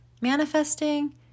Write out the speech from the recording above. Manifesting